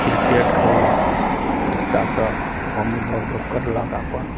cricket खेललक बच्चा सब ओहोमे दौड़ धूप कयलक अपन